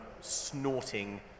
snorting